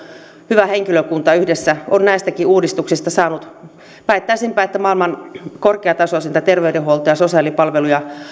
hyvä henkilökunta yhdessä on näistäkin uudistuksista saanut väittäisinpä maailman korkeatasoisinta terveydenhuoltoa ja sosiaalipalveluja